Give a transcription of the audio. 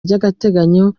ry’agateganyo